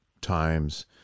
times